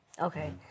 Okay